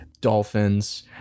dolphins